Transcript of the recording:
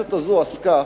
הכנסת הזו עסקה